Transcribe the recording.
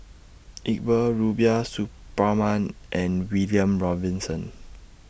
Iqbal Rubiah Suparman and William Robinson